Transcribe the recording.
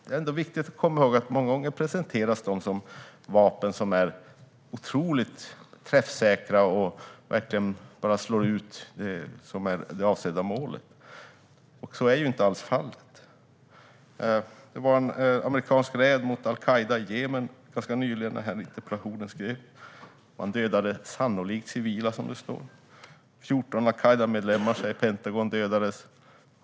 Det är ändå viktigt att komma ihåg att de många gånger presenteras som otroligt träffsäkra vapen som bara slår ut det avsedda målet. Så är inte alls fallet. Det var nyligen en amerikansk räd mot al-Qaida i Jemen, i samband med att jag skrev interpellationen, och där dödades "sannolikt" civila. Pentagon säger att 14 al-Qaidamedlemmar dödades.